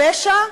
הפשע: